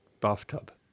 bathtub